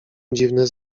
dziwne